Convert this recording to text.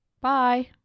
Bye